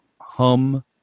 hum